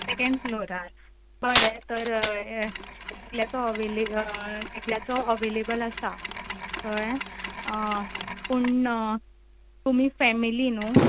second फ्लोरार बरें तर एकल्याचो अवेले एकल्याचो अवेलेबल आसा हय पूण तुमी फॅमिली न्हय